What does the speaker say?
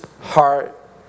heart